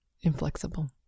inflexible